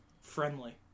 friendly